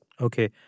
okay